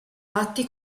atti